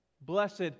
Blessed